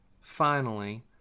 Finally